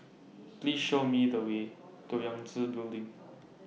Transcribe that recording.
Please Show Me The Way to Yangtze Building